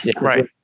right